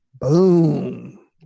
Boom